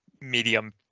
medium